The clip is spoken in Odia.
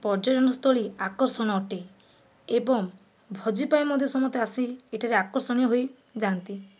ପର୍ଯ୍ୟଟନସ୍ଥଳୀ ଆକର୍ଷଣ ଅଟେ ଏବଂ ଭୋଜି ପାଇଁ ମଧ୍ୟ ସମସ୍ତେ ଆସି ଏଠାରେ ଆକର୍ଷଣୀୟ ହୋଇ ଯାଆନ୍ତି